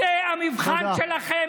זה המבחן שלכם,